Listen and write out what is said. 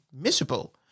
miserable